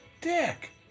Dick